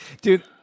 Dude